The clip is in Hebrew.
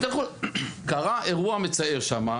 קרה אירוע מצער שם.